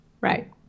Right